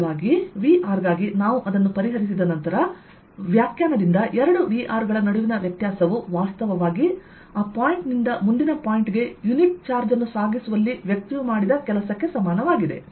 ಸಹಜವಾಗಿ V ಗಾಗಿ ನಾವು ಅದನ್ನು ಪರಿಹರಿಸಿದ ನಂತರ ವ್ಯಾಖ್ಯಾನದಿಂದ ಎರಡು V ಗಳ ನಡುವಿನ ವ್ಯತ್ಯಾಸವು ವಾಸ್ತವವಾಗಿ ಆ ಪಾಯಿಂಟ್ ನಿಂದ ಮುಂದಿನ ಪಾಯಿಂಟ್ ಗೆ ಯುನಿಟ್ಚಾರ್ಜ್ ಸಾಗಿಸುವಲ್ಲಿ ವ್ಯಕ್ತಿಯು ಮಾಡಿದ ಕೆಲಸವಾಗಿದೆ